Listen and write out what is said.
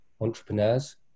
entrepreneurs